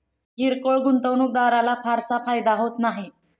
किरकोळ गुंतवणूकदाराला फारसा फायदा होत नाही